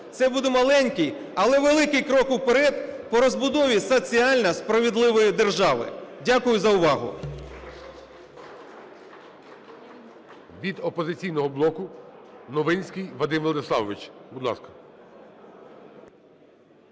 Це буде маленький, але великий крок уперед по розбудові соціально справедливої держави. Дякую за увагу.